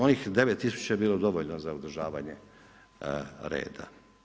Onih 9.000 je bilo dovoljno za održavanje reda.